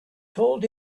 told